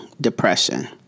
depression